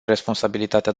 responsabilitatea